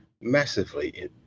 massively